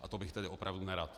A to bych tedy opravdu nerad.